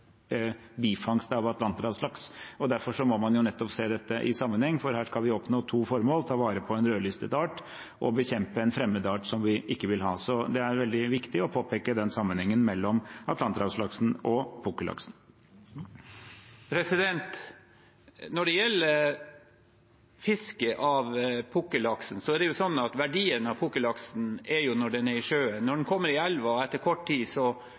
bifangst av atlanterhavslaks. Nettopp derfor må man se dette i sammenheng, for her skal vi oppnå to formål: ta vare på en rødlistet art og bekjempe en fremmed art som vi ikke vil ha. Så det er veldig viktig å påpeke den sammenhengen mellom atlanterhavslaksen og pukkellaksen. Når det gjelder fiske av pukkellaks, er det sånn at pukkellaksen har verdi når den er i sjøen. Når den kommer i elven, får den etter kort tid